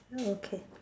oh okay